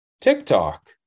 TikTok